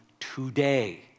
Today